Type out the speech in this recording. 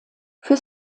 für